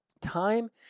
Time